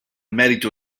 merito